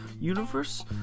universe